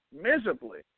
miserably